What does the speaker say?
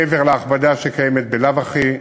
מעבר להכבדה שקיימת בלאו הכי.